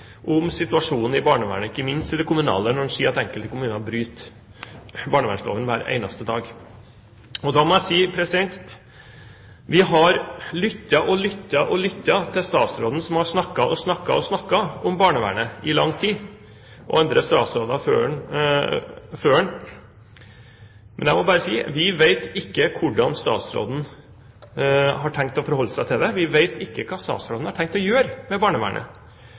om situasjonen i barnevernet, ikke minst i det kommunale, når han sier at enkelte kommuner bryter barnevernsloven hver eneste dag. Da må jeg si: Vi har lyttet og lyttet og lyttet til statsråden som har snakket og snakket og snakket om barnevernet i lang tid, og det har også andre statsråder før ham. Men jeg må bare si: Vi vet ikke hvordan statsråden har tenkt å forholde seg til det. Vi vet ikke hva statsråden har tenkt å gjøre med barnevernet.